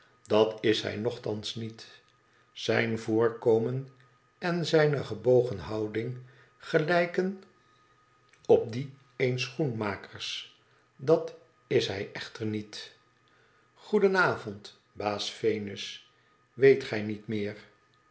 dat is hij nogthans niet tp voorkomen en zijne gebogene houding gelijken op die eens schoenloakers dat is hij echter niet goedenavond baas venus weet j niet meer